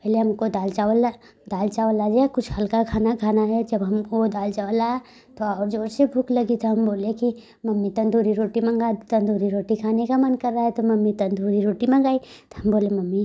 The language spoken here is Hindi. पहले हमको दाल चावल ला दाल चावल ला दिया कुछ हल्का खाना खाना है जब हम ओ दाल चावल लाया तो और जोर से भूख लगी तो हम बोले कि मम्मी तंदूरी रोटी मंगा दो तंदूरी रोटी खाने का मन कर रहा है तो मम्मी तंदूरी रोटी मंगाई तो हम बोले मम्मी